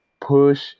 push